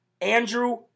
Andrew